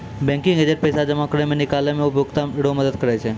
banking agent पैसा जमा करै मे, निकालै मे उपभोकता रो मदद करै छै